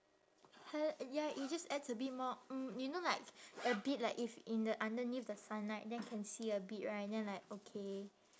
highli~ ya it just adds a bit more mm you know like a bit like if in the underneath the sunlight then can see a bit right and then like okay